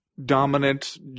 dominant